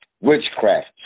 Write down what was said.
witchcraft